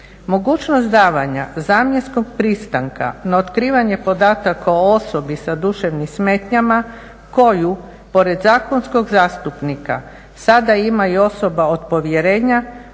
Mogućnost davanja zamjenskog pristanka na otkrivanje podataka o osobi sa duševnim smetnjama koju pored zakonskog zastupnika sada ima i osoba od povjerenja